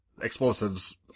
explosives